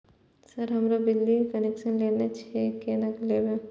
Sir हमरो बिजली connection लेना छे केना लेबे?